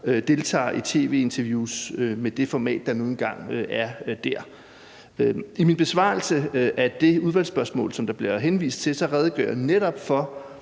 deltager i tv-interviews med det format, der nu engang er der. I min besvarelse af det udvalgsspørgsmål, som der bliver henvist til, redegør jeg netop for,